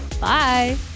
Bye